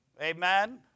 Amen